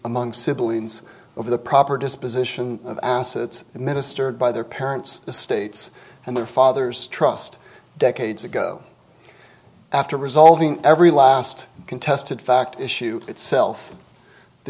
among siblings over the proper disposition of assets and ministered by their parents the states and their fathers trust decades ago after resolving every last contested fact issue itself the